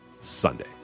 sunday